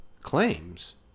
claims